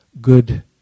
good